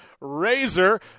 Razor